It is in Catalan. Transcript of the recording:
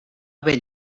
haver